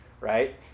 right